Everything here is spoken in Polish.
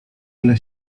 ile